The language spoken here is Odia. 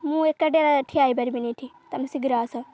ମୁଁ ଏକାଟିଆ ଏଇଠି ହେଇପାରିବିନି ଏଇଠି ତମେ ଶୀଘ୍ର ଆସ